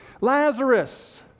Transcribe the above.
Lazarus